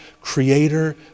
creator